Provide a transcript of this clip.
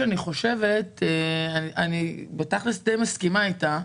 בתכלס אני די מסכימה איתה,